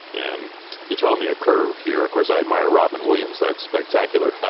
and you've thrown me a curve here, of course i admire robyn williams, that spectacular,